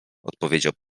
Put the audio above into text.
odpowiedział